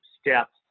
steps